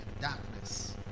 darkness